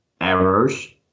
errors